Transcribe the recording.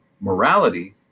morality